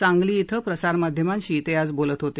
सांगली येथे प्रसार माध्यमांशी ते आज बोलत होते